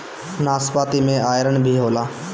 नाशपाती में आयरन भी होला